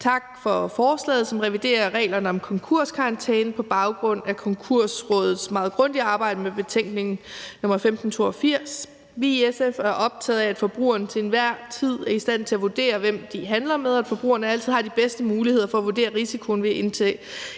Tak for forslaget, som reviderer reglerne om konkurskarantæne på baggrund af Konkursrådets meget grundige arbejde med betænkning nr. 1582. Vi er i SF optaget af, at forbrugerne til enhver tid er i stand til at vurdere, hvem de handler med, og at forbrugerne altid har de bedste muligheder for at vurdere risikoen ved at